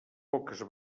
poques